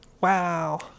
Wow